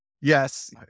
Yes